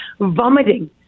vomiting